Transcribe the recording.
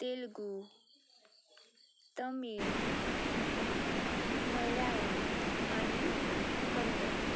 ते तेलुगू तमीळ मलयाळम आनी कन्नड